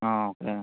okay